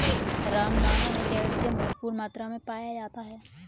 रामदाना मे कैल्शियम भरपूर मात्रा मे पाया जाता है